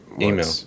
email